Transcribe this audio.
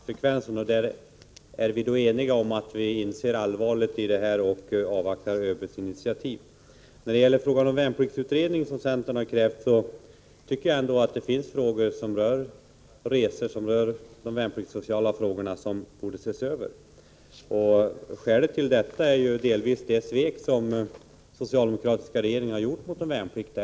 Fru talman! Karl-Erik Svartberg tog upp vår motion om olycksfallsfrekvensen. Vi är då eniga om att inse allvaret och avvakta ÖB:s initiativ. När det gäller värnpliktsutredningen, som centern har krävt, tycker jag ändå att det finns värnpliktssociala frågor som borde ses över. Skälet till detta är delvis det svek som den socialdemokratiska regeringen har gjort mot de värnpliktiga.